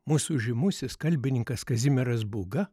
mūsų žymusis kalbininkas kazimieras būga